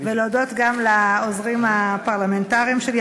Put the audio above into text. וכן להודות לעוזרים הפרלמנטריים שלי,